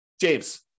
James